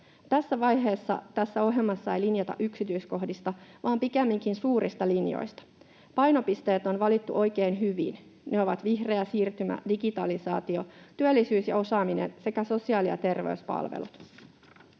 Tässä vaiheessa tässä ohjelmassa ei linjata yksityiskohdista vaan pikemminkin suurista linjoista. Painopisteet on valittu oikein hyvin. Ne ovat vihreä siirtymä, digitalisaatio, työllisyys ja osaaminen sekä sosiaali- ja terveyspalvelut.